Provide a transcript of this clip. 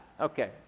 Okay